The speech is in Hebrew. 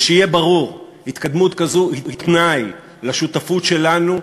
ושיהיה ברור: התקדמות כזו היא תנאי לשותפות שלנו,